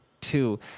two